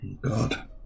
God